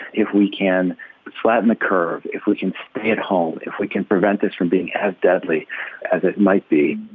if we can flatten the curve, if we can stay at home, if we can prevent this from being as deadly as it might be,